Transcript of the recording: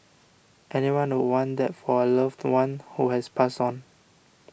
anyone would want that for a loved one who has passed on